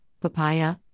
papaya